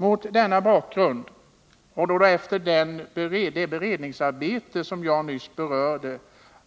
Mot denna bakgrund, och då det efter det beredningsarbete jag nyss berörde